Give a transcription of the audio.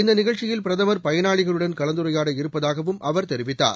இந்த நிகழ்ச்சியில் பிரதமர் பயனாளிகளுடன் கலந்துரையாடவிருப்பதாகவும் அவர் தெரிவித்தார்